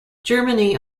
germany